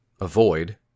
Avoid